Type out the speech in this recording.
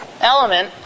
element